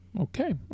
okay